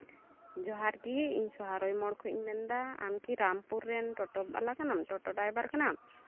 ᱡᱚᱦᱟᱨᱜᱮ ᱤᱧ ᱥᱚᱦᱟᱨᱚᱭ ᱢᱳᱬ ᱠᱷᱚᱱ ᱤᱧ ᱢᱮᱱ ᱮᱫᱟ ᱟᱢᱠᱤ ᱨᱟᱢᱯᱩᱨ ᱨᱮᱱ ᱴᱳᱴᱳ ᱵᱟᱞᱟ ᱠᱟᱱᱟᱢ ᱴᱳᱴᱳ ᱰᱨᱟᱭᱵᱷᱟᱨ ᱠᱟᱱᱟᱢ